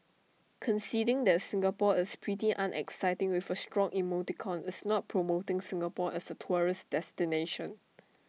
conceding that Singapore is pretty unexciting with A shrug emoticon is not promoting Singapore as A tourist destination